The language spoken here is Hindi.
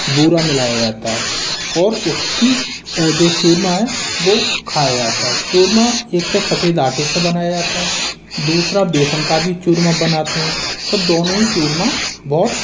बूरा मिलाया जाता है और उसकी जो चूरमा है वो खाया जाता है चूरमा एक तो सफ़ेद आटे से बनाया जाता है दूसरा बेसन का भी चूरमा बनाते है और दोनों ही चूरमा बहुत